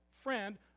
friend